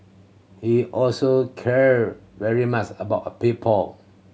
he also cared very much about a people